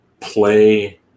play